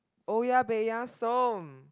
oya-beh-ya-som